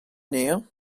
anezhañ